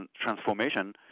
transformation